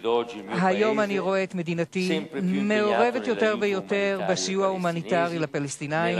כיום אני רואה את מדינתי מעורבת יותר ויותר בסיוע הומניטרי לפלסטינים,